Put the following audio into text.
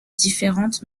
différentes